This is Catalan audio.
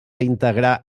integrar